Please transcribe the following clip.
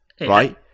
right